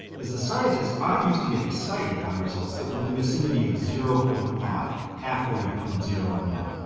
as a scientist i used to get excited by results that were in the vicinity of zero point five. half way between zero and one.